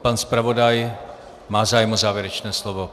Pan zpravodaj má zájem o závěrečné slovo.